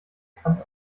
kant